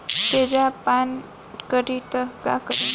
तेजाब पान करी त का करी?